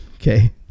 Okay